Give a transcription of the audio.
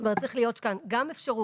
זאת אומרת, צריכה להיות כאן גם אפשרות